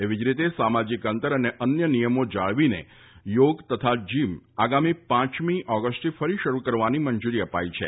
એવી જ રીતે સામાજિક અંતર અને અન્ય નિયમો જાળવીને યોગ તથા જીમ આગામી પાંચમી ઓગસ્ટથી ફરી શરૂ કરવાની મંજુરી આપી છે